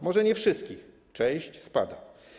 Może nie wszystkich - część spada.